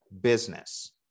business